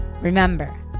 Remember